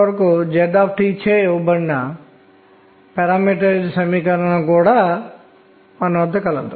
ఎందుకంటే ద్విధ్రువంపై బలం విజాతీయ క్షేత్రంలో ఉద్భవిస్తుంది